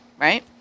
Right